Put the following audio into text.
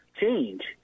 change